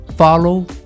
Follow